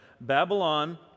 Babylon